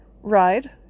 ride